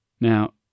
Now